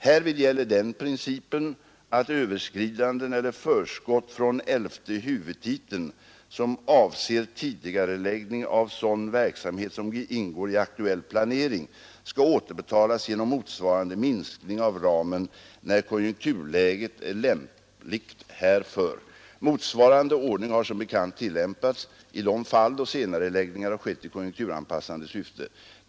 Härvid gäller den principen att överskridanden eller förskott från elfte huvudtiteln som avser tidigareläggning av sådan verksamhet som ingår i aktuell planering skall återbetalas genom motsvarande minskning av ramen när konjunkturläget är lämpligt härför. Motsvarande ordning har som bekant tillämpats i de fall då senareläggningar har skett i konjunkturanpassande syfte.